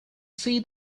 see